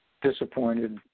disappointed